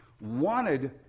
wanted